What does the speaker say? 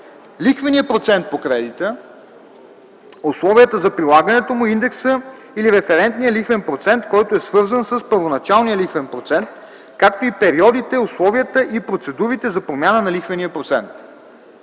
лихвеният процент по кредита, условията за прилагането му, индексът или референтния лихвен процент, който е свързан с първоначалния лихвен процент, както и периодите, условията и процедурите за промяна на лихвения процент;